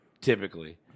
typically